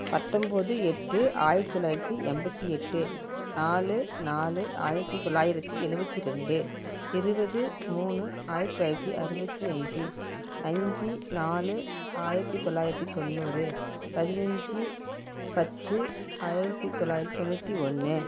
பத்தொம்பது எட்டு ஆயிரத் தொள்ளாயிரத்து எண்பத்தி எட்டு நாலு நாலு ஆயிரத்து தொள்ளாயிரத்து எழுபத்தி ரெண்டு இருபது மூணு ஆயிரத் தொள்ளாயிரத்து அறுபத்தி அஞ்சு அஞ்சு நாலு ஆயிரத்து தொள்ளாயிரத்து தொண்ணூறு பதினஞ்சு பத்து ஆயிரத்து தொள்ளாயிரத்து தொண்ணூற்றி ஒன்று